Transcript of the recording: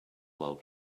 while